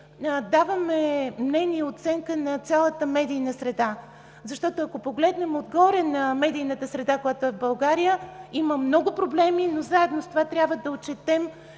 даваме мнение и оценка на цялата медийна среда. Защото, ако погледнем отгоре на медийната среда, която е в България, има много проблеми, но заедно с това трябва да отчетем